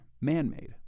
man-made